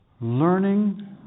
learning